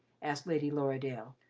asked lady lorridaile,